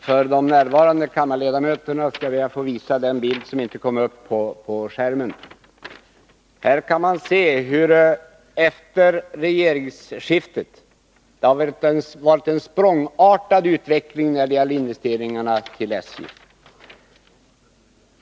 Herr talman! För de närvarande kammarledamöterna skall jag be att få visa den bild som inte syntes på bildskärmen. Av den kan man se att det har varit en språngartad utveckling av investeringarna för SJ efter regeringsskiftet.